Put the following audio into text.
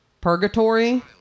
Purgatory